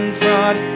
fraud